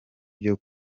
byo